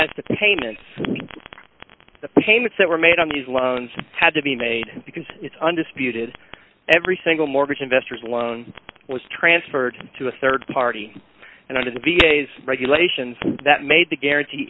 as the payments the payments that were made on these loans had to be made because it's undisputed every single mortgage investor's loan was transferred to a rd party and under the v a s regulations that made the guarantee